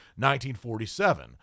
1947